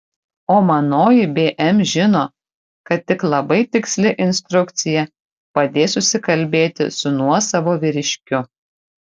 o manoji bm žino kad tik labai tiksli instrukcija padės susikalbėti su nuosavu vyriškiu